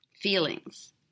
feelings